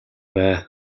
бай